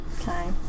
Okay